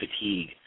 fatigue